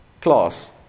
class